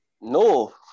No